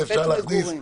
את זה אפשר להכניס?